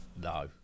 No